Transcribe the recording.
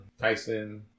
Tyson